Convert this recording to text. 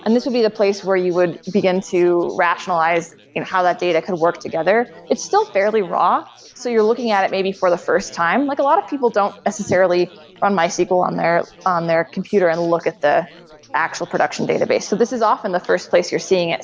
and this would be the place where you would begin to rationalize how that data could work together it's still fairly raw. so you're looking at it maybe for the first time. like a lot of people don't necessarily run mysql on their on their computer and look at the actual production database. so this is often the first place you're seeing it.